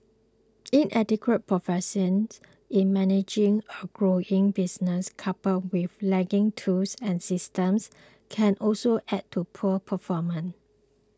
inadequate proficiency in managing a growing business coupled with lagging tools and systems can also add to poor performance